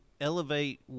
Elevate